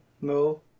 No